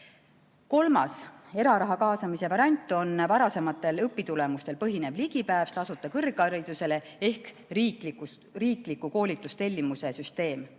Kolmas, eraraha kaasamise variant on varasematel õpitulemustel põhinev ligipääs tasuta kõrgharidusele ehk riikliku koolitustellimuse süsteem.